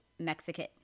Mexican